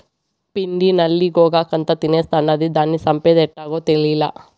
పిండి నల్లి గోగాకంతా తినేస్తాండాది, దానిని సంపేదెట్టాగో తేలీలా